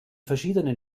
verschiedenen